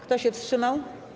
Kto się wstrzymał?